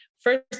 first